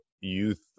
youth